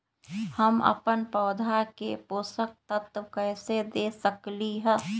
हम अपन पौधा के पोषक तत्व कैसे दे सकली ह?